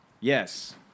Yes